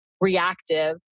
reactive